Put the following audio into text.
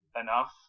enough